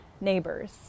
neighbors